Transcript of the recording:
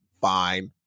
fine